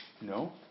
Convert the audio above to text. No